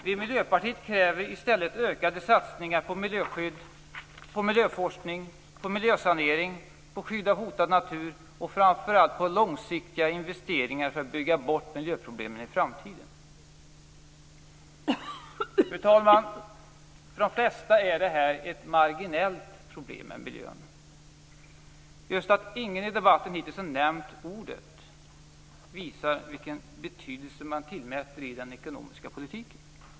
Vi i Miljöpartiet kräver i stället ökade satsningar på miljöskydd, på miljöforskning, på miljösanering, på skydd av hotad natur och framför allt på långsiktiga investeringar för att bygga bort miljöproblemen i framtiden. Fru talman! För de flesta är miljön ett marginellt problem. Att ingen hittills i debatten har nämnt ordet visar vilken betydelse man tillmäter miljön i den ekonomiska politiken.